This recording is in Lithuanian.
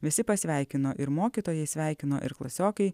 visi pasveikino ir mokytojai sveikino ir klasiokai